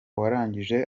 warangije